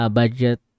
budget